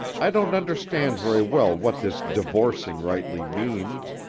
i don't understand very well what this divorcing rightly means.